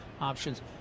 options